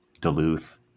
Duluth